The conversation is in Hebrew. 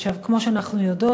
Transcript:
כמו שאנחנו יודעות,